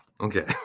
Okay